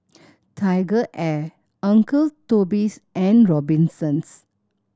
TigerAir Uncle Toby's and Robinsons